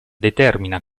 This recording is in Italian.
determina